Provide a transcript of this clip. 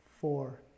four